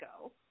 go